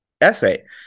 essay